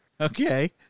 Okay